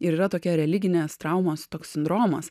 ir yra tokia religinės traumos toks sindromas